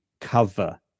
cover